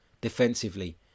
defensively